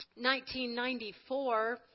1994